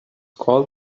called